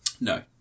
No